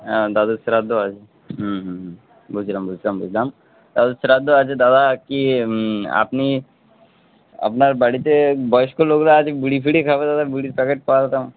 হ্যাঁ দাদুর শ্রাদ্ধ আছে হু হুম বুঝলাম বুঝলাম বুঝলাম দাদুর শ্রাদ্ধ আছে দাদা কি আপনি আপনার বাড়িতে বয়স্ক লোকরা আছে বিড়ি ফিড়ি খাবে দাদা বিড়ির প্যাকেট পাঠাতাম